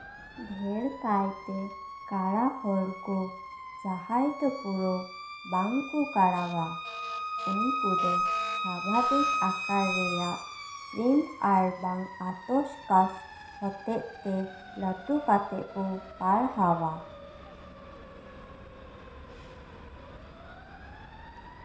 ᱰᱷᱮᱨ ᱠᱟᱭᱛᱮ ᱠᱟᱬᱟ ᱦᱚᱲ ᱠᱚ ᱡᱟᱦᱟᱸᱭ ᱫᱚ ᱯᱩᱨᱟᱹ ᱵᱟᱝᱠᱚ ᱠᱟᱬᱟᱣᱟ ᱩᱱᱠᱩ ᱫᱚ ᱥᱟᱵᱷᱟᱵᱤᱠ ᱟᱠᱟᱨ ᱨᱮᱭᱟᱜ ᱯᱨᱤᱱᱴ ᱟᱨᱵᱟᱝ ᱟᱛᱚᱥᱠᱟᱸᱪ ᱦᱚᱛᱮᱛᱮ ᱞᱟᱴᱩ ᱠᱟᱛᱮ ᱠᱚ ᱯᱟᱲᱦᱟᱣᱟ